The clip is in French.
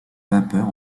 vapeur